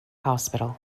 hospital